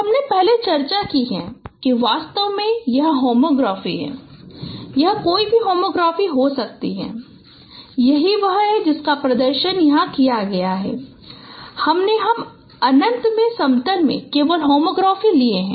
हमारे पास है पहले हमने चर्चा की है कि वास्तव में यह होमोग्राफी है यह कोई भी होमोग्राफी हो सकती है और यही वह है जिसका प्रदर्शन यहाँ किया गया है पहले हम अनंत में समतल में केवल होमोग्राफी लिए हैं